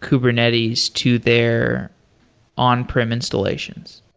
kubernetes to their on-premise installations?